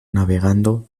navegando